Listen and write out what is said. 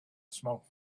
smoke